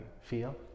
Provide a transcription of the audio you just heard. feel